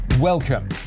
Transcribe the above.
Welcome